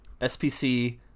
SPC